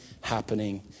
happening